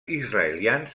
israelians